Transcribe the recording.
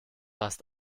hast